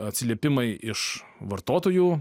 atsiliepimai iš vartotojų